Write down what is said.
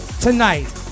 tonight